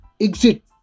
Exit